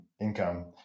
income